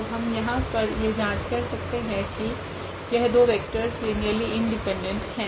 तो हम यहाँ यह जांच सकते है की यह दो वेक्टरस लीनियरली इंडिपेंडेंट है